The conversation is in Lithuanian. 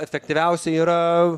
efektyviausia yra